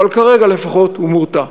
אבל כרגע לפחות הוא מורתע.